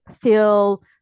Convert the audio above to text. feel